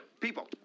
people